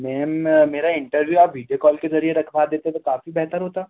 ma'am मेरा interview आप video call के ज़रिए रखवा देते तो काफ़ी बेहतर होता